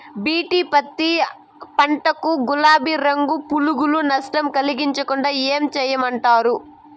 BT పత్తి పంట కు, గులాబీ రంగు పులుగులు నష్టం కలిగించకుండా ఏం చేయమంటారు?